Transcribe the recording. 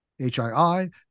HII